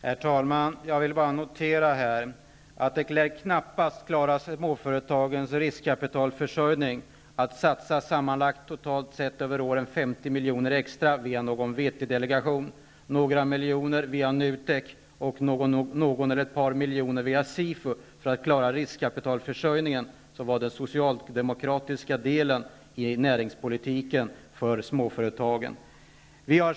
Herr talman! Jag vill bara notera att det lär knappast klara småföretagens riskkapitalförsörjning att satsa totalt sett över åren 50 miljoner extra via någon VT-delegation, några miljoner via NUTEK och någon eller ett par miljoner via SIFU. Det var ju den socialdemokratiska näringspolitiken för småföretagens del.